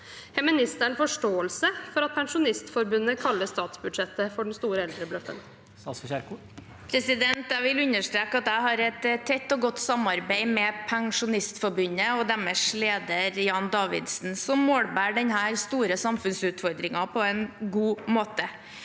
Har ministeren forståelse for at Pensjonistforbundet kaller statsbudsjettet for «den store eldrebløffen»? Statsråd Ingvild Kjerkol Jeg vil under- streke at jeg har et tett og godt samarbeid med Pensjonistforbundet og deres leder Jan Davidsen, som målbærer denne store samfunnsutfordringen på en god måte.